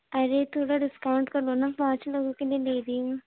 ارے تھوڑا ڈسکاؤنٹ کر لو نا پانچ لوگوں کے لیے لے رہی ہوں